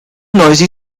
noisy